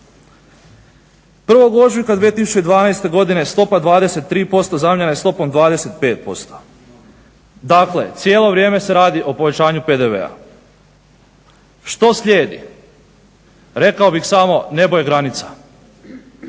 1. ožujka 2012. godine stopa 23% zamijenjena je stopom 25%. Dakle, cijelo vrijeme se radi o povećanju PDV-a. Što slijedi? Rekao bih samo nebo je granica.